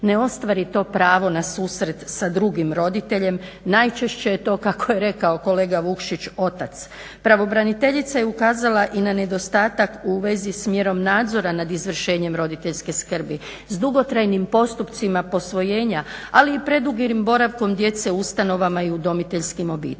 ne ostvari to pravo na susret sa drugim roditeljem. Najčešće je to, kako je rekao kolega Vukšić, otac. Pravobraniteljica je ukazala i na nedostatak u vezi s mjerom nadzora nad izvršenjem roditeljske skrbi, s dugotrajnim postupcima posvojenja, ali i predugim boravkom djece u ustanovama i udomiteljskim obiteljima.